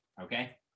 Okay